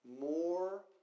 more